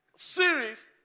Series